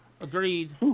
Agreed